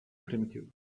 primitive